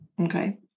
okay